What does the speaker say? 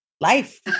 Life